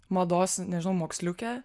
mados nežinau moksliuke